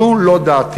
זו לא דעתי.